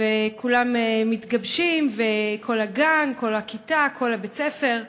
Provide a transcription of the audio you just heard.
וכולם מתגבשים, כל הגן, כל הכיתה, כל בית-הספר.